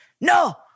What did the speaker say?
No